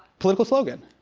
political slogan.